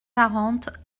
quarante